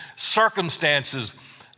Circumstances